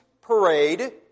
parade